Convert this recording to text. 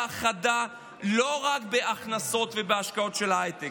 חדה לא רק בהכנסות ובהשקעות של ההייטק,